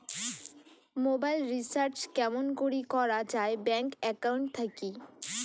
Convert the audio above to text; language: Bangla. মোবাইল রিচার্জ কেমন করি করা যায় ব্যাংক একাউন্ট থাকি?